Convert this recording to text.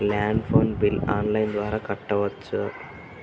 Land phone bill online ద్వారా కట్టుకోవచ్చు?